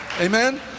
amen